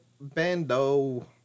bando